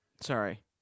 Sorry